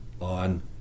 on